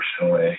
personally